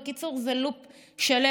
בקיצור, זה לופ שלם.